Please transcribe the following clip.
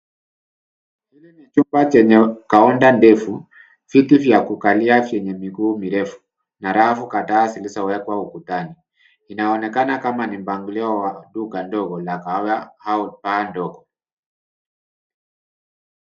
Hili ni chumba chenye kaonda ndefu , viti vya kukalia vyenye miguu mirefu, na rafu kadhaa zilizowekwa ukutani. Inaonekana kama ni mpangilio wa duka ndogo la kahawa au paa ndogo.